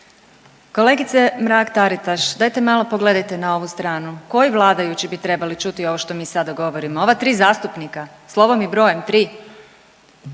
Kolegice Mrak-Taritš, dajte malo pogledajte na ovu stranu, koji vladajući bi trebali čuti ovo što mi sada govorimo, ova tri zastupnika, slovom i brojem 3.